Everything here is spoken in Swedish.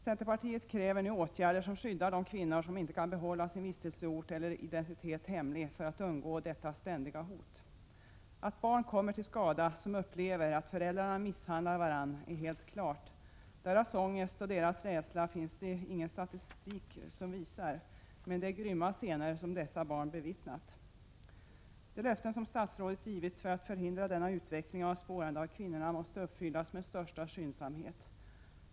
Centerpartiet kräver nu åtgärder som skyddar de kvinnor som inte kan behålla sin vistelseort eller identitet hemlig för att undgå detta ständiga hot. Att barn som upplever att föräldrarna misshandlar varandra kommer till skada är helt klart. Deras ångest och deras rädsla finns det ingen statistik på, men det är grymma scener som dessa barn bevittnat. De löften som statsrådet givit för att förhindra denna utveckling av spårande av dessa kvinnor måste uppfyllas med största skyndsamhet.